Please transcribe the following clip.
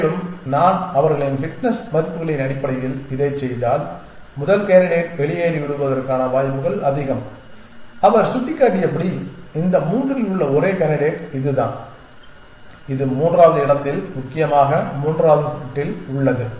மேலும் நான் அவர்களின் ஃபிட்னஸ் மதிப்புகளின் அடிப்படையில் இதைச் செய்தால் முதல் கேண்டிடேட் வெளியேறிவிடுவதற்கான வாய்ப்புகள் அதிகம் அவர் சுட்டிக்காட்டியபடி இந்த மூன்றில் உள்ள ஒரே காண்டிடேட் இதுதான் இது மூன்றாவது இடத்தில் முக்கியமாக மூன்றாவது பிட்டில் உள்ளது